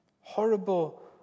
horrible